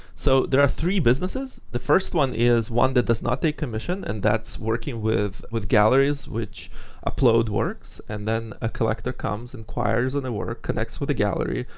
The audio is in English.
so there are three businesses. the first one is one that does not take commission, and that's working with with galleries which upload works, and then a collector comes, inquires in the work, connects with the gallery,